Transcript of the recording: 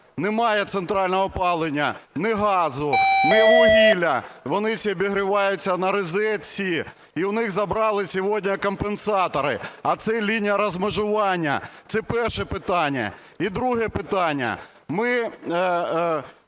Немає центрального опалення, ні газу, ні вугілля, вони всі обігріваються на розетці і у них забрали сьогодні компенсатори. А це лінія розмежування. Це перше питання. І друге питання. Ми